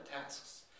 tasks